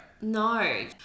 no